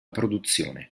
produzione